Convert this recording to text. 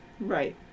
Right